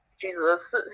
Jesus